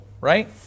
right